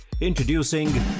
Introducing